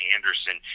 Anderson